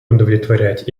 удовлетворять